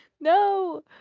No